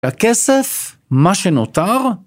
הכסף? מה שנותר?